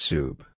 Soup